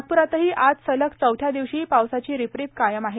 नागपुरातही आज सलग चवथ्या दिवशी पावसाची रिपरिप कायम आहे